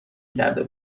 کرده